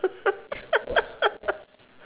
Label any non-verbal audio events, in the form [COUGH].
[LAUGHS]